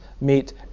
meet